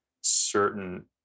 certain